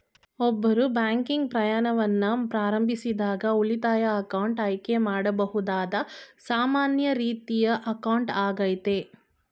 ಒಬ್ರು ಬ್ಯಾಂಕಿಂಗ್ ಪ್ರಯಾಣವನ್ನ ಪ್ರಾರಂಭಿಸಿದಾಗ ಉಳಿತಾಯ ಅಕೌಂಟ್ ಆಯ್ಕೆ ಮಾಡಬಹುದಾದ ಸಾಮಾನ್ಯ ರೀತಿಯ ಅಕೌಂಟ್ ಆಗೈತೆ